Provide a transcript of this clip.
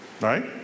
Right